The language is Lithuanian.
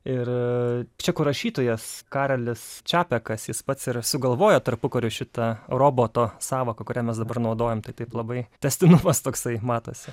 ir čekų rašytojas karelis čapekas jis pats yra sugalvojo tarpukariu šitą roboto sąvoką kurią mes dabar naudojame tai taip labai tęstinumas toksai matosi